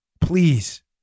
Please